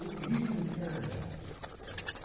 he's in paradise, okay?